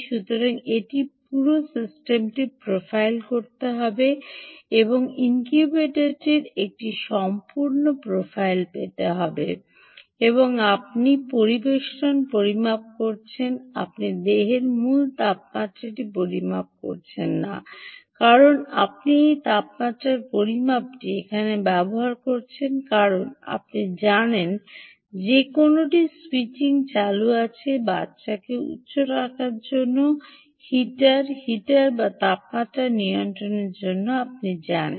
সুতরাং এটি পুরো সিস্টেমটি প্রোফাইল করতে হবে এবং ইনকিউবেটরটির একটি সম্পূর্ণ প্রোফাইল পেতে হবে এবং আপনি পরিবেষ্টন পরিমাপ করছেন আপনি দেহের মূল তাপমাত্রাটি পরিমাপ করছেন না কারণ আপনি এই তাপমাত্রার পরিমাপটি এখানে ব্যবহার করছেন কারণ আপনি জানেন যে কোনওটি স্যুইচিং চালু আছে বাচ্চাকে উষ্ণ রাখার জন্য হিটার হিটার বা তাপমাত্রা নিয়ন্ত্রণের জন্য আপনি জানেন